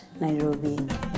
Nairobi